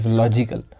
logical